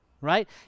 right